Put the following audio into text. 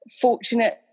fortunate